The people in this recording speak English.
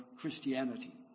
Christianity